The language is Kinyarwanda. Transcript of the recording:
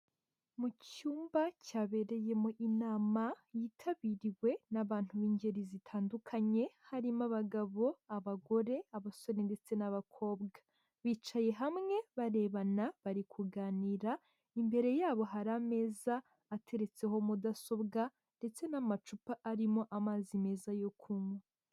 Mu cyumba cyabereyemo inama yitabiriwe n'abantu b'ingeri zitandukanye, harimo abagabo, abagore, abasore ndetse n'abakobwa, bicaye hamwe barebana bari kuganira, imbere yabo hari ameza ateretseho mudasobwa ndetse n'amacupa arimo amazi meza yo kunywa.